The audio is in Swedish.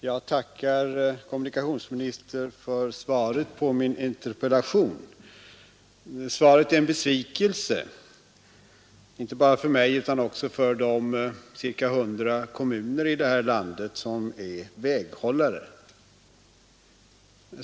Herr talman! Jag tackar kommunikationsministern för svaret på min interpellation. Svaret är en besvikelse, inte bara för mig utan också för de ca 100 kommuner i detta land som är väghållare.